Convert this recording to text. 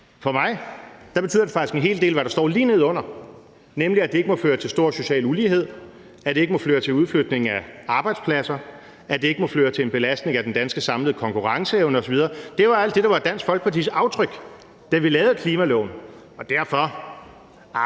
For mig betyder det faktisk en hel del, hvad der står lige neden under, nemlig at det ikke må føre til stor social ulighed, at det ikke må føre til udflytning af arbejdspladser, at det ikke må føre til en belastning af den danske samlede konkurrenceevne osv. Det var alt det, der var Dansk Folkepartis aftryk, da vi lavede klimaloven, og derfor vil jeg